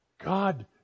God